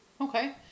Okay